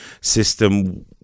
system